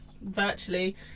virtually